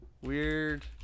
Weird